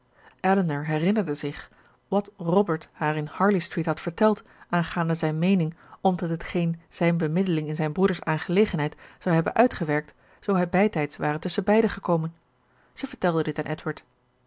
elinor herinnerde zich wat robert haar in harley street had verteld aangaande zijne meening omtrent hetgeen zijne bemiddeling in zijn broeder's aangelegenheid zou hebben uitgewerkt zoo hij bijtijds ware tusschenbeide gekomen zij vertelde dit aan